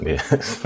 Yes